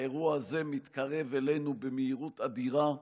האירוע הזה מתקרב אלינו במהירות אדירה.